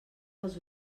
els